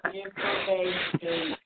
information